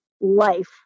life